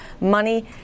money